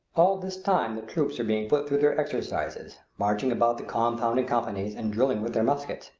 all this time the troops are being put through their exercises, marching about the compound in companies and drilling with their muskets.